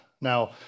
Now